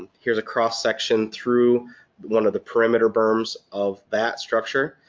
um here's a cross section through one of the perimeter berms of that structure.